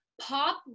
pop